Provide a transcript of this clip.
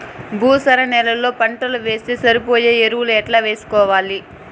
భూసార నేలలో పంటలు వేస్తే సరిపోయే ఎరువులు ఎట్లా వేసుకోవాలి?